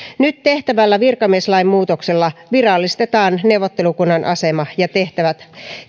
nyt tehtävällä virkamieslain muutoksella virallistetaan neuvottelukunnan asema ja tehtävät